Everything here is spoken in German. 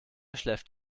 schläft